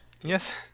Yes